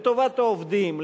לטובת העובדים,